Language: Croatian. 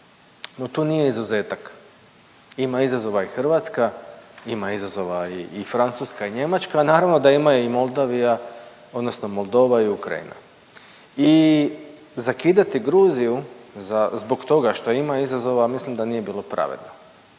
No tu nije izuzetak. Ima izazova i Hrvatska, ima izazova i Francuska i Njemačka, a naravno da ima i Moldavija, odnosno Moldova i Ukrajina. I zakidati Gruziju zbog toga što ima izazova mislim da nije bilo pravedno.